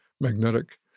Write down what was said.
magnetic